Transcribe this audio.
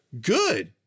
good